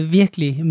virkelig